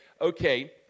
okay